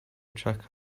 check